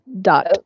Dot